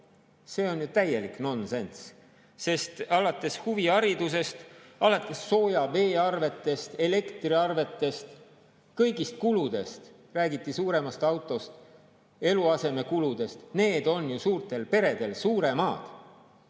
see on ju täielik nonsenss! Alates huviharidusest, alates sooja vee arvetest, elektriarvetest ja kõigist kuludest, räägiti suuremast autost, eluasemekuludest – need on suurtel peredel suuremad.